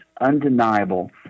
undeniable